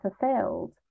fulfilled